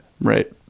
right